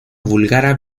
búlgara